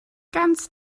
ganz